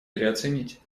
переоценить